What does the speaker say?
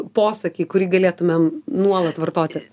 posakį kurį galėtumėm nuolat vartoti